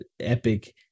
Epic